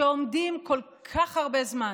שעומדים כל כך הרבה זמן